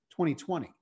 2020